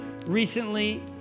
recently